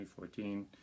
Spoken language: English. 2014